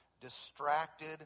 distracted